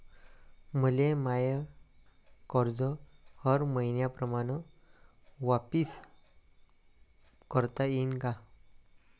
मले माय कर्ज हर मईन्याप्रमाणं वापिस करता येईन का?